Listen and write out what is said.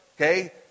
okay